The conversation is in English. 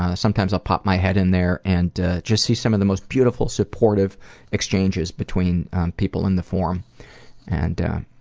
ah sometimes i'll pop my head in there and just see some of the most beautiful, supportive exchanges between people on the forum and, um